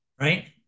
right